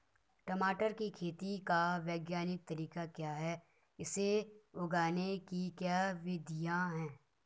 टमाटर की खेती का वैज्ञानिक तरीका क्या है इसे उगाने की क्या विधियाँ हैं?